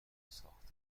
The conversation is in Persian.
ساخته